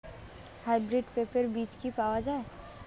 Hybrid পেঁপের বীজ কি পাওয়া যায়?